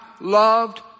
loved